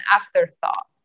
afterthought